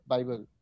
Bible